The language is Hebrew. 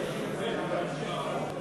(תיקון מס' 102),